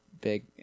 big